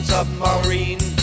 Submarine